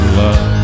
love